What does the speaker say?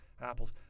Apple's